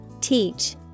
Teach